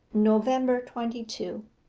november twenty two.